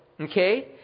okay